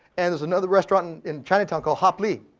and there's another restaurant and in chinatown called hop li,